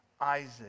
Isaac